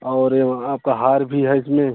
और ये वहाँ आपका हार भी है इसमें